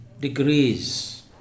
degrees